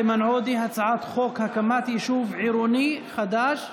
הצעת החוק שלי היא הקמת יישוב עירוני חדש.